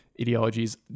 ideologies